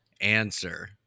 answer